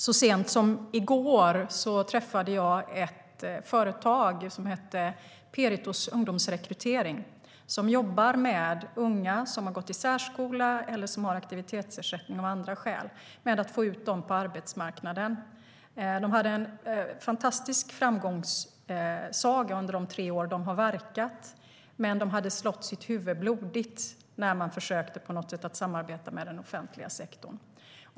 Så sent som i går träffade jag ett företag som heter Peritos Ungdomsrekrytering. De jobbar med att få ut unga som har gått i särskola, eller som har aktivitetsersättning av andra skäl, på arbetsmarknaden. De har haft en fantastisk framgångssaga under de tre år som de har verkat, men de hade slagit huvudet blodigt när de försökt att på något sätt samarbeta med den offentliga sektorn.